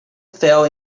fell